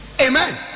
Amen